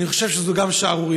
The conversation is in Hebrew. אני חושב שזה גם שערורייתי.